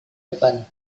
depan